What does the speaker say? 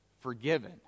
forgiven